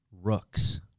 Rooks